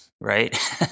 right